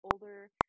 older